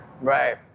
Right